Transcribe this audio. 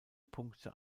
punkte